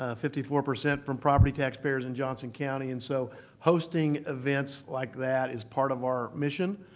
ah fifty four percent from property taxpayers in johnson county, and so hosting events like that is part of our mission.